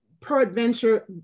peradventure